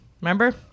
Remember